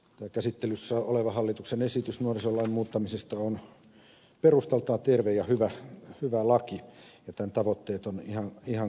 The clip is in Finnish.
tämä käsittelyssä oleva hallituksen esitys nuorisolain muuttamisesta on perustaltaan terve ja hyvä laki ja tämän tavoitteet ovat ihan kohdallaan tässä